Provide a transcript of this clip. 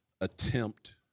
attempt